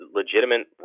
legitimate